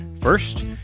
First